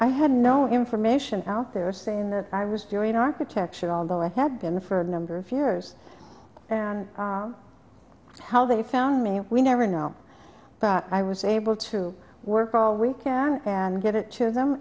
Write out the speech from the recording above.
i had no information out there saying that i was during architecture although i had been for a number of years and how they found me and we never know but i was able to work all week and give it to them